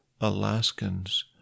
Alaskans